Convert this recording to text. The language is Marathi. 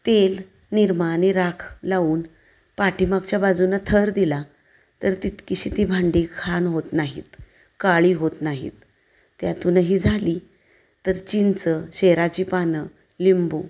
तेल निरमा आणि राख लावून पाठीमागच्या बाजूनं थर दिला तर तितकीशी ती भांडी घाण होत नाहीत काळी होत नाहीत त्यातूनही झाली तर चिंच शेराची पानं लिंबू